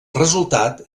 resultat